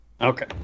Okay